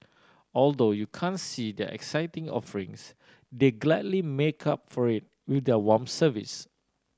although you can't see their exciting offerings they gladly make up for it with their warm service